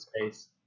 space